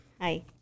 Hi